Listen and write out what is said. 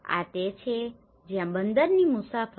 આ તે છે જ્યાં બંદરની મુસાફરી